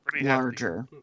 larger